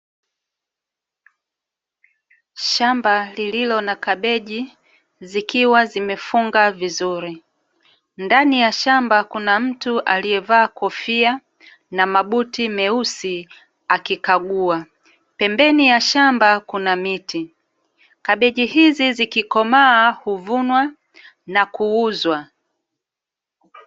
Shamba lililo na kabeji zikiwa zimefungwa vizuri. Ndani ya shamba kuna mtu aliyevaa kofia na mabuti meusi akikagua, pembeni ya shamba kuna miti. Kabeji hizi zikikomaa huvunwa na kuuzwa.